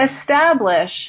establish